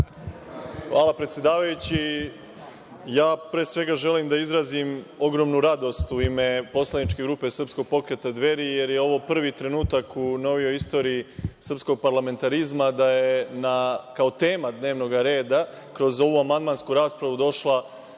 Hvala predsedavajući. Ja pre svega želim da izrazim ogromnu radost u ime Poslaničke grupe srpskog pokreta Dveri, jer je ovo prvi trenutak u novijoj istoriji srpskog parlamentarizma da je kao tema dnevnog reda kroz ovu amandmansku raspravu došla